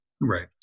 Right